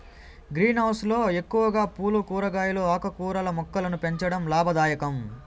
green house లో ఎక్కువగా పూలు, కూరగాయలు, ఆకుకూరల మొక్కలను పెంచడం లాభదాయకం